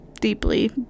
deeply